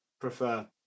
prefer